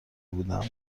بودند